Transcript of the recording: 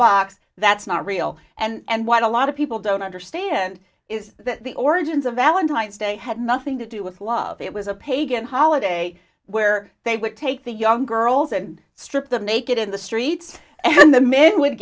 box that's not real and what a lot of people don't understand is that the origins of valentine's day had nothing to do with love it was a pagan holiday where they would take the young girls and strip them naked in the streets and then the men w